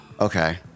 Okay